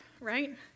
right